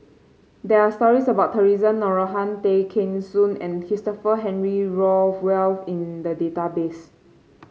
there are stories about Theresa Noronha Tay Kheng Soon and Christopher Henry Rothwell in the database